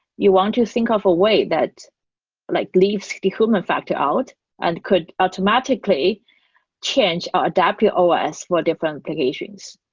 you want to think of a way that like leaves the human factor out and could automatically change or adapt yeah your os for different applications.